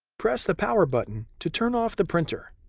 press the power button to turn off the printer.